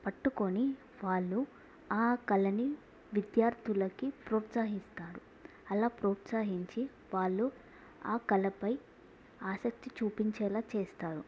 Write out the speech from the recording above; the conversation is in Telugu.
పట్టుకుని వాళ్ళు ఆ కళని విద్యార్థులకి ప్రోత్సహిస్తారు అలా ప్రోత్సహించి వాళ్ళు ఆ కళపై ఆసక్తి చూపించేలా చేస్తారు